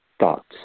thoughts